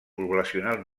poblacional